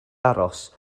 aros